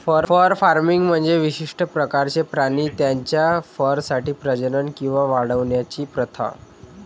fur farming म्हणजे विशिष्ट प्रकारचे प्राणी त्यांच्या फरसाठी प्रजनन किंवा वाढवण्याची प्रथा